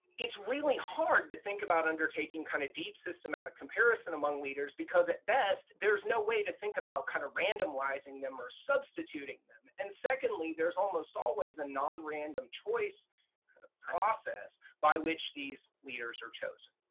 it's really hard to think about undertaking kind of deep systematic comparison among leaders because at best, there's no way to think about kind of randomizing them or substituting them, and secondly, there's almost always a non-random choice process by which these leaders are chosen.